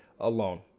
alone